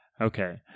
Okay